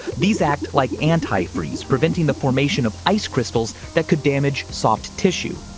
these act like anti freeze preventing the formation of ice crystals that could damage soft tissue.